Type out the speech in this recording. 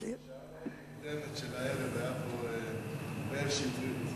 בשעה יותר מוקדמת של הערב היה פה מאיר שטרית,